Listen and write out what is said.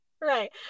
Right